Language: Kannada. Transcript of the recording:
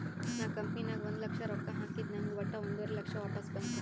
ನಾ ಕಂಪನಿ ನಾಗ್ ಒಂದ್ ಲಕ್ಷ ರೊಕ್ಕಾ ಹಾಕಿದ ನಂಗ್ ವಟ್ಟ ಒಂದುವರಿ ಲಕ್ಷ ವಾಪಸ್ ಬಂತು